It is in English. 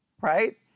right